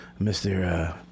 Mr